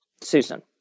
Susan